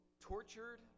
tortured